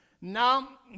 Now